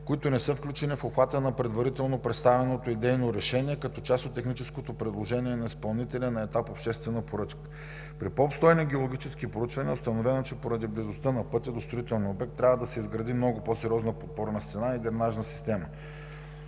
които не са включени в обхвата на предварително представеното идейно решение като част от техническото предложение на изпълнителя на етап „обществена поръчка“. При по-обстойни геологически проучвания е установено, че поради близостта на пътя до строителния обект трябва да се изгради много по-сериозна подпорна стена и дренажна система.